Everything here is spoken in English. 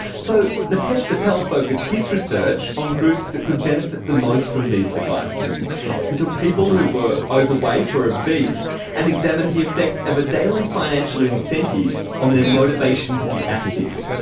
so mitesh patel focused his research on groups that could benefit the most from these devices he took people who were overweight or obese, and examined the effect of a daily financial incentive on their motivation motivation to be active.